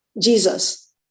Jesus